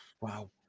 wow